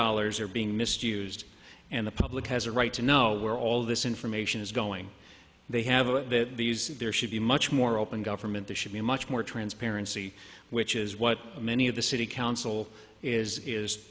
dollars are being misused and the public has a right to know where all this information is going they haven't that there should be much more open government there should be much more transparency which is what many of the city council is is